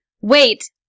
wait